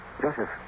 Joseph